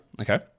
Okay